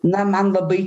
na man labai